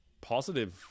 positive